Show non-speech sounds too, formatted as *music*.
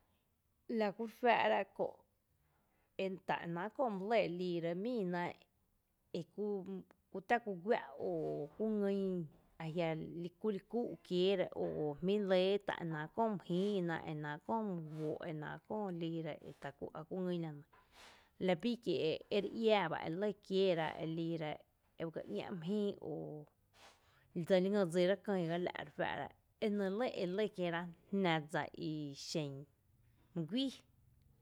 La kú re juⱥⱥ’ra kö’ tá e náá’ my lɇ liira míií na e kú tⱥ ku guⱥ’ o ku ngin ajia’ kuli kúú’ kieera o *hesitation* o jmí’ lɇ ta e náá’ köö my jïïna ta e náá’ köö my guó’ e náá’ köö liira ta e kú á kú ngyn la nɇ la bii kie’ ere iää ba e lɇ kieera e liira ebyga ‘ñá’ mý jïï ú o dseli ngý dsira kÿÿgá la’ re juⱥⱥ’ra e nɇ lɇ e lɇ kieera jná dsa ii xen mý guíi.